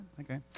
Okay